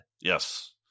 Yes